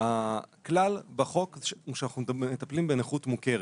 הכלל בחוק הוא שאנחנו מטפלים בנכות מוכרת.